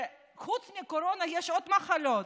וחוץ מקורונה יש עוד מחלות.